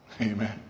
Amen